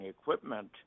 equipment